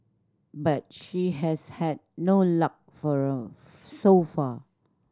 but she has had no luck for so far